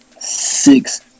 Six